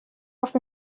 off